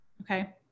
okay